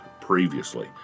previously